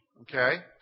Okay